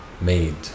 made